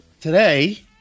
today